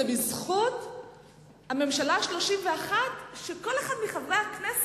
יחד עם החברים,